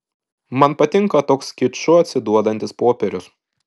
man patinka toks kiču atsiduodantis popierius